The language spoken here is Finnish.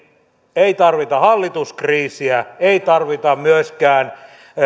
ei tarvita hallituskriisiä ei tarvita myöskään